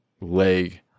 leg